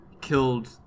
killed